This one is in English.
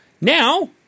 now